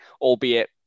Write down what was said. albeit